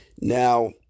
Now